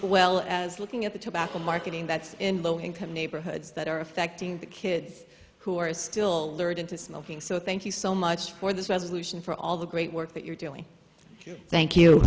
well as looking at the tobacco marketing that's in low income neighborhoods that are affecting the kids who are still learning to smoking so thank you so much for this resolution for all the great work that you're doing thank you